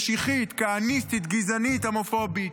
משיחית, כהניסטית, הומופובית,